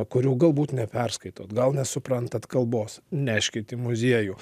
kurių galbūt neperskaitot gal nesuprantant kalbos neškit į muziejų